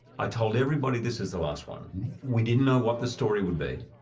i told everybody this is the last one. we didn't know what the story would be.